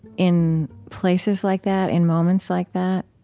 in places like that, in moments like that,